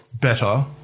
better